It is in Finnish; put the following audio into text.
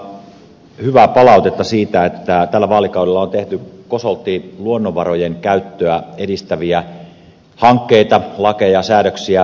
hallitukselle pitää antaa hyvää palautetta siitä että tällä vaalikaudella on tehty kosolti luonnonvarojen käyttöä edistäviä hankkeita lakeja säädöksiä